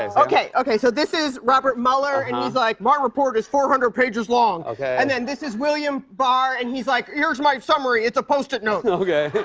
okay, okay. so, this is robert mueller, and he's like, my report is four hundred pages long. okay. and then this is william barr. and he's like, here's my summary. it's a post-it note. and okay.